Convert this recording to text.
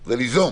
אלא ליזום